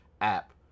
app